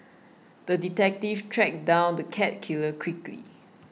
the detective tracked down the cat killer quickly